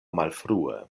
malfrue